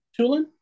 Tulin